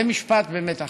ומשפט באמת אחרון: